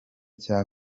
cya